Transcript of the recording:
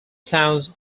sounds